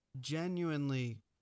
genuinely